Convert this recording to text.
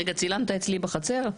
רגע, צילמת אצלי בחצר?